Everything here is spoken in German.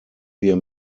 wir